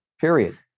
Period